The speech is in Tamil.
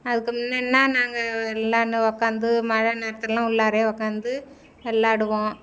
அதுக்கு முன்னென்னா நாங்கள் எல்லான்னு உக்காந்து மழை நேரத்துல்லாம் உள்ளாரே உக்காந்து விளாடுவோம்